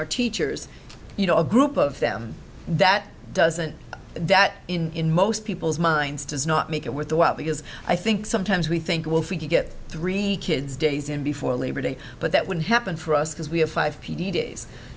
our teachers you know a group of them that doesn't that in most people's minds does not make it worthwhile because i think sometimes we think wolf we could get three kids days in before labor day but that wouldn't happen for us because we have five p d days